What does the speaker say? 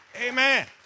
Amen